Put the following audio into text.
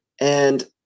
And-